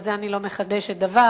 ובזה אני לא מחדשת דבר,